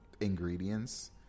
ingredients